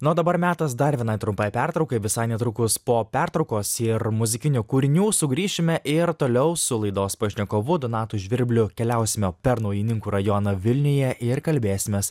nu o dabar metas dar vienai trumpai pertraukai visai netrukus po pertraukos ir muzikinių kūrinių sugrįšime ir toliau su laidos pašnekovu donatu žvirbliu keliausime per naujininkų rajoną vilniuje ir kalbėsimės